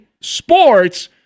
sports